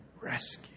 rescue